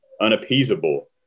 unappeasable